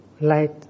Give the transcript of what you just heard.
light